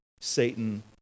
Satan